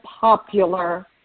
popular